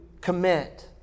commit